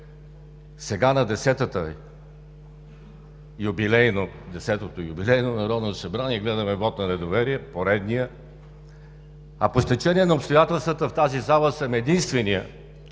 Сега на десетото юбилейно Народно събрание гледаме вот на недоверие, поредния, а по стечение на обстоятелствата в тази зала съм единственият,